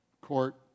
court